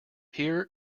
here